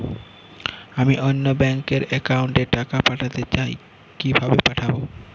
আমি অন্য ব্যাংক র অ্যাকাউন্ট এ টাকা পাঠাতে চাই কিভাবে পাঠাবো?